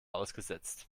ausgesetzt